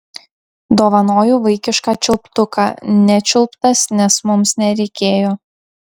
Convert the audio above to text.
dovanoju vaikišką čiulptuką nečiulptas nes mums nereikėjo